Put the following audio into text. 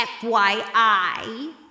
FYI